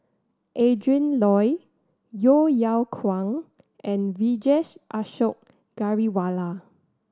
Adrin Loi Yeo Yeow Kwang and Vijesh Ashok Ghariwala